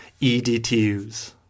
edtus